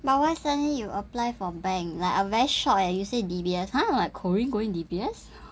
but why suddenly you apply for bank like I'm very shocked eh you said D_B_S ah corrine going D_B_S